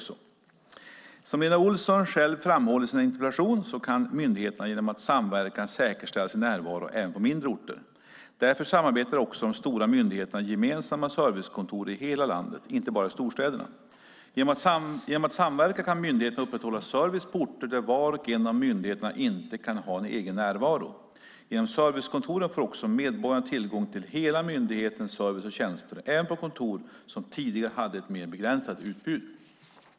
Som Lena Olsson själv framhåller i sin interpellation så kan myndigheterna genom att samverka säkerställa sin närvaro även på mindre orter. Därför samarbetar också de stora myndigheterna i gemensamma servicekontor i hela landet, inte bara i storstäderna. Genom att samverka kan myndigheterna upprätthålla service på orter där var och en av myndigheterna inte kan ha en egen närvaro. Genom servicekontoren får också medborgarna tillgång till hela myndighetens service och tjänster även på kontor som tidigare hade ett mer begränsat utbud.